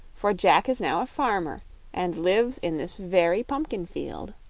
for jack is now a farmer and lives in this very pumpkin field.